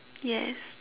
yes